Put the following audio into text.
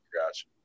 Gotcha